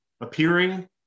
appearing